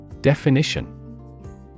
Definition